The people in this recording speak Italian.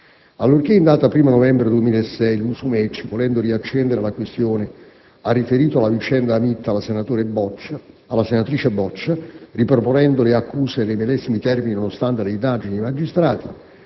Allorché, in data 1° novembre 2006, il Musumeci, volendo riaccendere la questione, ha riferito la vicenda Hamit alla senatrice Boccia, riproponendo le accuse nei medesimi termini nonostante le indagini dei magistrati,